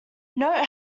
note